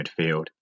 midfield